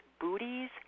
booties